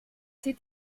zieht